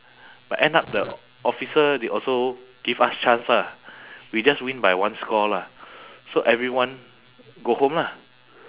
but end up the officer they also give us chance lah we just win by one score lah so everyone go home lah